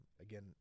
again